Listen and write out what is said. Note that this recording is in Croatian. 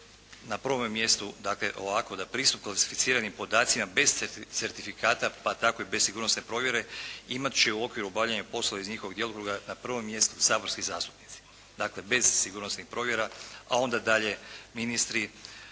na prvome mjestu, dakle ovako da pristup klasificiranim podacima bez certifikata, pa tako i bez sigurnosne provjere, imat će u okviru obavljanje poslova iz njihovih djelokruga, na pravo mjestu saborski zastupnici. Dakle, bez sigurnosnih provjera, a onda dalje ministri,